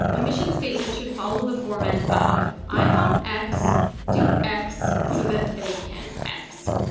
a mission statement should follow the format of i help x do x so that they can x,